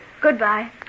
Goodbye